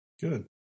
Good